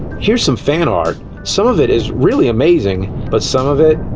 here's some fanart! some of it, is really amazing! but some of it,